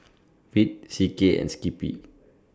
Veet C K and Skippy